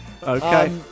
okay